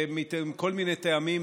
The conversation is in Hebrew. שמכל מיני טעמים,